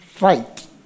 right